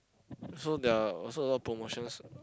so there are also a lot of promotions